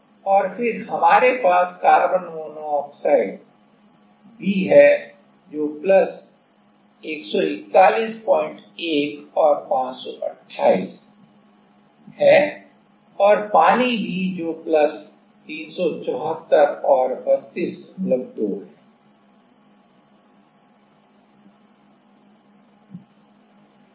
और हमारे पास कार्बन मोनोऑक्साइड भी है जो प्लस 1411 और 528 और पानी भी जो प्लस 374 और 322 है